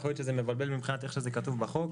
יכול להיות שזה מבלבל מבחינת איך שזה כתוב בחוק,